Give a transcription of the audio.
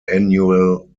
annual